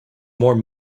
more